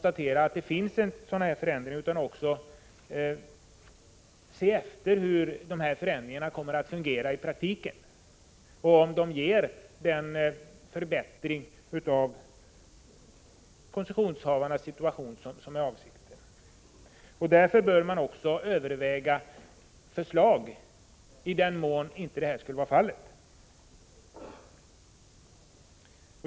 1985/86:31 varit sådana här förändringar utan också undersöka hur förändringarna 20 november 1985 kommer att verka i praktiken och om de leder till den förbättring av GS koncessionshavarnas situation som är avsikten. Därför bör man även överväga att lägga fram förslag i den mån så inte skulle vara fallet.